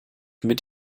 mit